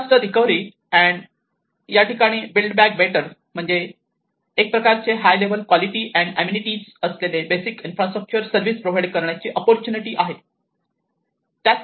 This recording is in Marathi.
डिजास्टर रिकव्हरी अँड या ठिकाणी बिल्ड बॅक बेटर म्हणजे एक प्रकारचे high level quality and amenity असलेले बेसिक इन्फ्रास्ट्रक्चर सर्विस प्रोव्हाइड करण्याची ओप्पोर्तूनिटी आहे